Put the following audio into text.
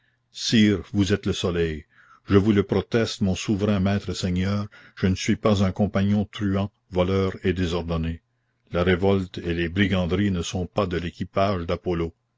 sire vous êtes le soleil je vous le proteste mon souverain maître et seigneur je ne suis pas un compagnon truand voleur et désordonné la révolte et les briganderies ne sont pas de l'équipage d'apollo